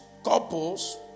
Couples